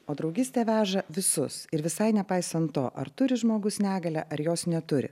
o draugystė veža visus ir visai nepaisant to ar turi žmogus negalią ar jos neturi